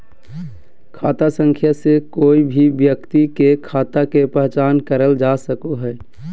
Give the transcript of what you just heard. खाता संख्या से कोय भी व्यक्ति के खाता के पहचान करल जा सको हय